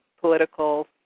political